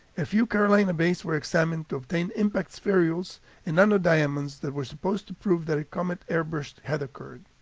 a few carolina bays were examined to obtain impact spherules and nanodiamonds that were supposed to prove that a comet airburst had occurred.